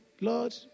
lord